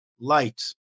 light